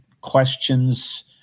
questions